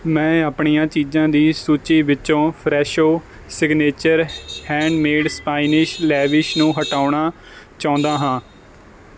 ਮੈਂ ਆਪਣੀਆਂ ਚੀਜ਼ਾਂ ਦੀ ਸੂਚੀ ਵਿੱਚੋਂ Fresho signature handmade Spanish lavish ਨੂੰ ਹਟਾਉਣਾ ਚਾਹੁੰਦਾ ਹਾਂ